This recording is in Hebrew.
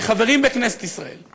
כחברים בכנסת ישראל,